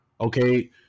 okay